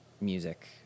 music